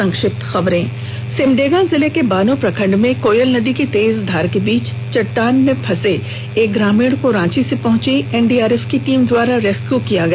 संक्षिप्त खबरें सिमडेगा जिले के बानो प्रखंड में कोयल नदी की तेज धार के बीच चट्टान पर फंसे एक ग्रामीण को रांची से पहुंची एनडीआरएफ टीम द्वारा रेस्क्यू कर बचाया गया